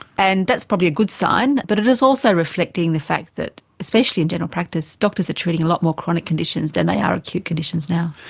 and that's probably a good sign. but it is also reflecting the fact that, especially in general practice, doctors are treating a lot more chronic conditions than they are acute conditions now.